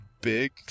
big